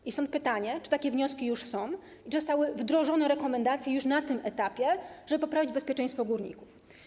I stąd pytanie, czy takie wnioski już są i czy zostały wdrożone rekomendacje już na tym etapie, żeby poprawić bezpieczeństwo górników.